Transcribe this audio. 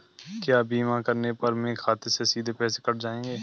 क्या बीमा करने पर मेरे खाते से सीधे पैसे कट जाएंगे?